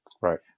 Right